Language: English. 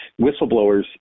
whistleblowers